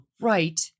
right